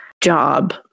job